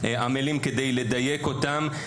עמלים כדי לדייק אותן,